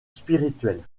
spirituelle